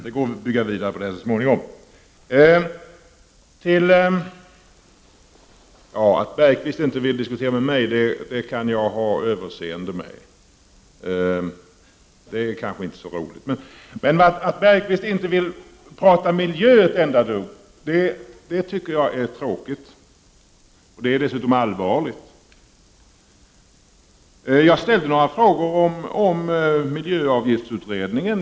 Det går väl att bygga vidare på detta så småningom. Att Jan Bergqvist inte vill diskutera med mig kan jag ha överseende med. Det är kanske inte så roligt. Men att Jan Bergqvist inte vill tala om miljön ett enda dugg tycker jag är tråkigt. Dessutom är det allvarligt. Jag ställde några frågor om miljöavgiftsutredningen.